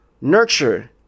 nurture